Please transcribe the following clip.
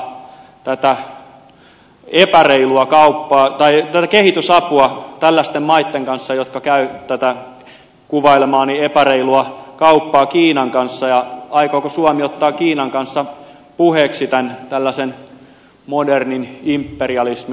aikooko suomi edelleen jatkaa tätä epäreilua kehitysapua tällaisten maitten kanssa jotka käyvät tätä kuvailemaani epäreilua kauppaa kiinan kanssa ja aikooko suomi ottaa kiinan kanssa puheeksi tämän tällaisen modernin imperialismin